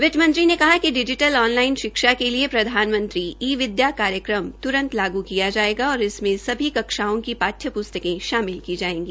वित्तमंत्री ने कहा कि डिजीटल ऑनालाइन शिक्षा के लिए प्रधानमंत्री ई विदया कार्यक्रम त्रंत लागू किया जायेगा और इसमें सभी कक्षाओं की पाठ्य प्स्तकें शामिल की जायेगी